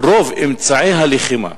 רוב אמצעי הלחימה